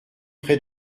près